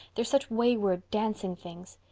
they're such wayward, dancing things.